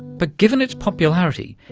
but, given its popularity,